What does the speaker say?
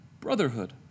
brotherhood